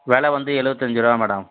வில வந்து எழுவத்தஞ்சிருவா மேடம்